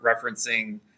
referencing